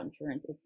insurance